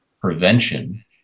prevention